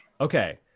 Okay